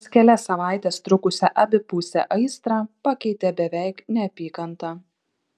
vos kelias savaites trukusią abipusę aistrą pakeitė beveik neapykanta